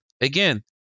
again